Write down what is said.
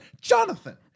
Jonathan